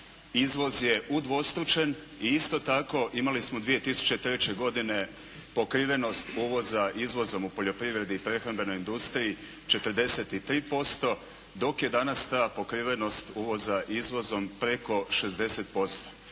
izvoz je udvostručen i isto tako imali smo 2003. godine pokrivenost uvoza izvozom u poljoprivredi i prehrambenoj industriji 43%, dok je danas ta pokrivenost uvoza izvozom preko 60%.